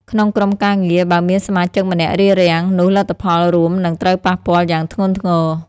ក្នុងក្រុមការងារ បើមានសមាជិកម្នាក់រារាំង នោះលទ្ធផលរួមនឹងត្រូវប៉ះពាល់យ៉ាងធ្ងន់ធ្ងរ។